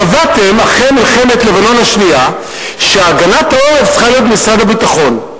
קבעתם אחרי מלחמת לבנון השנייה שהגנת העורף צריכה להיות במשרד הביטחון.